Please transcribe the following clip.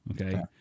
Okay